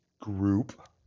group